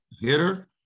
hitter